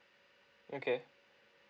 okay